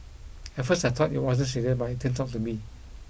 at first I thought it wasn't serious but it turned out to be